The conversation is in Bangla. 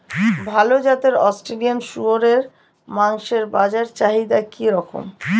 ভাল জাতের অস্ট্রেলিয়ান শূকরের মাংসের বাজার চাহিদা কি রকম?